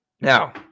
Now